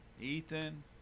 Ethan